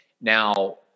Now